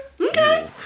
Okay